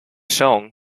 song